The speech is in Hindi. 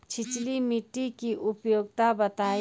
छिछली मिट्टी की उपयोगिता बतायें?